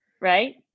Right